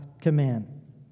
command